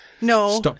No